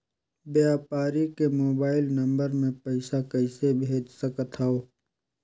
व्यापारी के mobile number मे पईसा कइसे भेज सकथव?